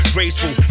Graceful